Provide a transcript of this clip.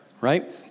right